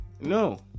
no